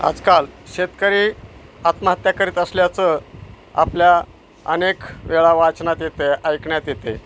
आजकाल शेतकरी आत्महत्या करीत असल्याचं आपल्या अनेक वेळा वाचण्यात येते ऐकण्यात येते